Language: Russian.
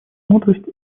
мудрость